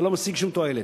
זה לא משיג שום תועלת.